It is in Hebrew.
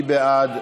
מי בעד?